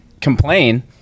complain